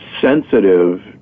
sensitive